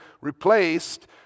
replaced